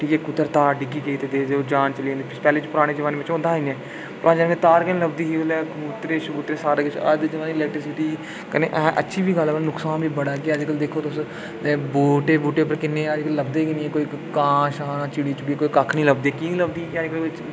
जे कुतै तार डिग्गी गेई ते जान चली जानी पैह्लें पराने जमान्ने च होंदा हा इ'यां अज्ज कल तार गै निं लभदी अज्ज कल कम्प्यूटर शम्पुटर सारे किश अज्ज दे ज़माने च इलेक्ट्रिसिटी कन्नै ऐ अच्छी बी ऐ पर नुक्सान बी बड़ा ऐ अज्ज कल दिक्खो तुस बूह्टे बूह्टे उप्पर कि'न्ने अज्ज कल लभदे गै निं ऐ कांऽ छांऽ चिड़ी छिड़ी कोई कक्ख निं लभदी कीऽ निं लभदी